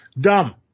Dumb